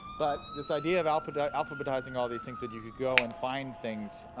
but this idea of ah but alphabetizing all these things that you could go and find things,